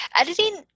editing